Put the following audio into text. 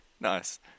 Nice